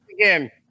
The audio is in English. again